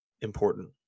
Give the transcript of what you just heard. important